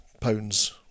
pounds